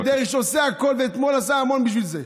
אריה דרעי, שעושה הכול ואתמול עשה המון בשביל זה.